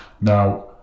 Now